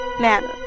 manner